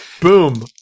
boom